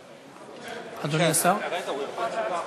סדר-היום: